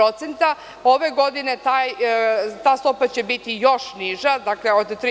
Ove godine ta stopa će biti još niža, dakle, od 3%